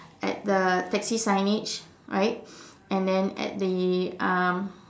at the taxi signage right and then at the um